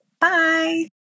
Bye